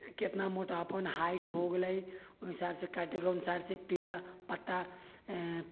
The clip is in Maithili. केतना मोटापन हाइट हो गेलै ओहि हिसाब से काटिके अनुसार से पीला पत्ता